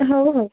ହଉ ହଉ